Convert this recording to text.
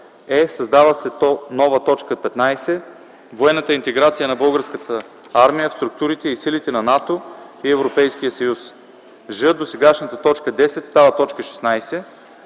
е) създава се нова т. 15: „Военната интеграция на Българската армия в структурите и силите на НАТО и Европейския съюз”. ж) досегашната т. 10 става т. 16.